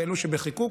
ואלו שבחיקוק,